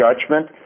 judgment